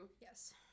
Yes